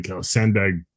sandbag